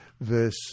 verse